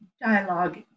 dialogue